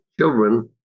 children